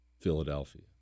Philadelphia